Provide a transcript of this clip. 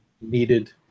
needed